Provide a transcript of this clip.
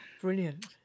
Brilliant